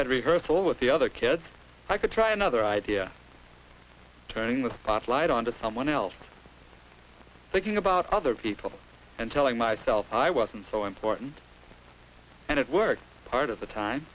at rehearsal with the other kids i could try another idea turning the spotlight on to someone else thinking about other people and telling myself i wasn't so important and it worked part of the time